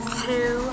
two